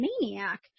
maniac